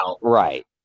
right